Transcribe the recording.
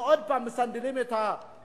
אנחנו עוד הפעם מסנדלים את הממשלה,